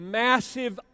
massive